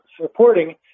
supporting